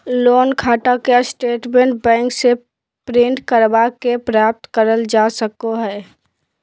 loan खाता के statement bank से प्रिंट करवा के प्राप्त करल जा सको हय